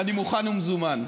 אני מוכן ומזומן.